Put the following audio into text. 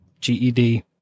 GED